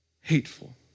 hateful